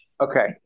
Okay